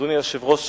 אדוני היושב-ראש,